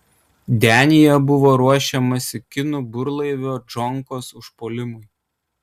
denyje buvo ruošiamasi kinų burlaivio džonkos užpuolimui